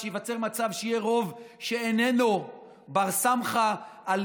שייווצר מצב שיהיה רוב שאיננו בר סמכא על